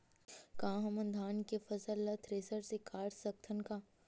का हमन धान के फसल ला थ्रेसर से काट सकथन का?